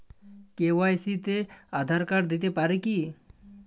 KYC তে Aadhaar card দিতে পারি কি?